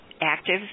active